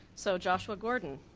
so joshua gordon.